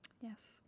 Yes